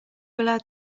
allowed